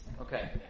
Okay